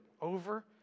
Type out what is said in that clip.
over